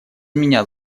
меня